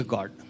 God